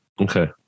okay